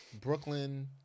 Brooklyn